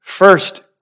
First